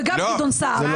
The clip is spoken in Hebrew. וגם גדעון סער.